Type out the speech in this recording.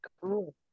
cool